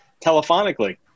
telephonically